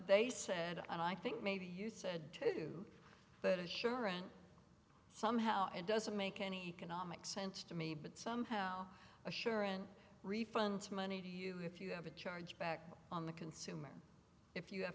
they said and i think maybe you said to but assurance somehow it doesn't make any anomic sense to me but somehow assurant refund money to you if you have a charge back on the consumer if you have